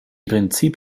prinzip